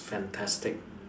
fantastic